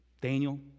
Daniel